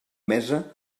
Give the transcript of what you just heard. mesa